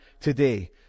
today